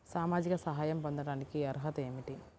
సామాజిక సహాయం పొందటానికి అర్హత ఏమిటి?